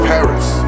Paris